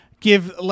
give